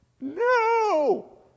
No